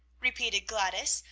repeated gladys,